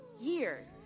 years